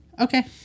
okay